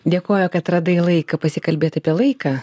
dėkoju kad radai laiką pasikalbėti apie laiką